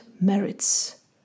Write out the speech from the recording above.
merits